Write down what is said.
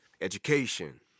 education